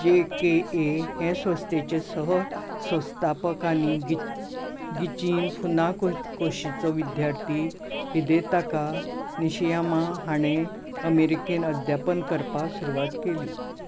J K A हे संस्थेचें सहसंस्थापकांनी गी गिचिन फुनाकोशीचो विद्यार्थी हिदेताका निशियामा हाणें अमेरिकेंत अध्यापन करपाक सुरवात केली